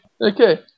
Okay